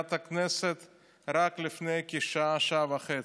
במליאת הכנסת רק לפני שעה, שעה וחצי.